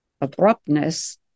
abruptness